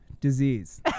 disease